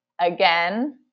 Again